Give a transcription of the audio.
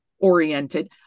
oriented